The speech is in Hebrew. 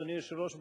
אדוני היושב-ראש,